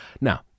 Now